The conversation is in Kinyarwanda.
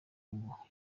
ngo